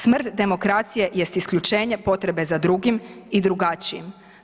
Smrt demokracije jest isključenje potrebe za drugim i drugačijim.